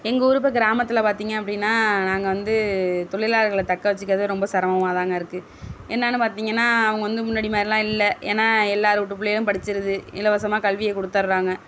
எங்கள் ஊர் இப்போ கிராமத்தில் பார்த்தீங்க அப்படின்னா நாங்கள் வந்து தொழிலாளர்களை தக்க வெச்சுக்கிறது ரொம்ப சிரமமாதாங்க இருக்குது என்னென்னு பார்த்தீங்கன்னா அவங்க வந்து முன்னாடி மாதிரிலாம் இல்லை ஏன்னால் எல்லார் வீட்டு பிள்ளையும் படிச்சுருது இலவசமாக கல்வியை கொடுத்தர்றாங்க